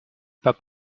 pas